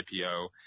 IPO